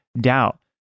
doubt